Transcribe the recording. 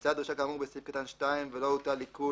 הומצאה דרישה כאמור בסעיף קטן (2) ולא הוטל עיקול